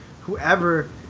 whoever